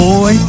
Boy